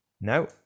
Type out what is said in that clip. No